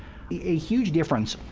a huge difference